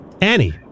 Annie